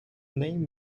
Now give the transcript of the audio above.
name